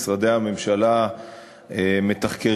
משרדי הממשלה מתחקרים,